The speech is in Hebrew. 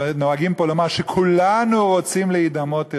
שנוהגים פה לומר שכולנו רוצים להידמות אליהם.